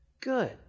good